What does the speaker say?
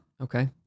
Okay